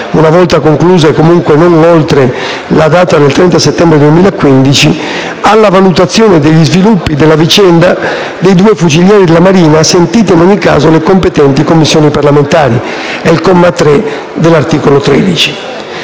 una volta conclusa e comunque non oltre la data del 30 settembre 2015 - alla valutazione degli sviluppi della vicenda dei due fucilieri della Marina, sentite in ogni caso le competenti Commissioni parlamentari (articolo 13,